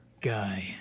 guy